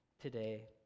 today